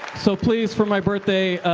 so please, for my birthday,